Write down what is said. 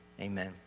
Amen